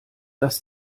dass